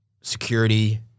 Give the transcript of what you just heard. security